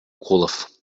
кулов